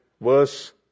verse